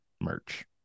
merch